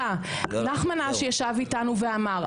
נחמן אש ישב איתנו ואמר,